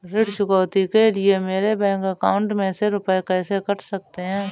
ऋण चुकौती के लिए मेरे बैंक अकाउंट में से रुपए कैसे कट सकते हैं?